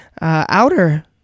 outer